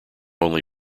only